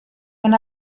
yna